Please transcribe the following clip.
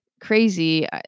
crazy